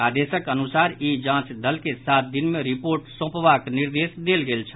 आदेशक अनुसार ई जाचं दल के सात दिन मे रिपोर्ट सौंपबाक निर्देश देल गेल छल